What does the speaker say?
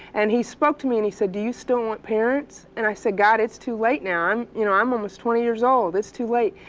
and he spoke to me, and he said, do you still want parents? and i said, god, it's too late now. i'm you know i'm almost twenty years old. it's too late.